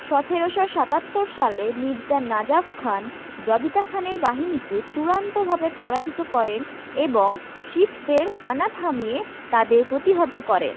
সতেরোশো সাতাত্তর সালে মির্জা নাজাফ খান জবিতা খানের বাহিনীকে চূড়ান্তভাবে পরাজিত করেন এবং শিখদের হানা থামিয়ে তাদের প্রতিহত করেন